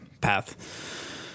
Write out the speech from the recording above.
path